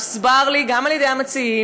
הוסבר לי גם על-ידי המציעים,